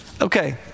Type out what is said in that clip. Okay